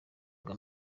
bwa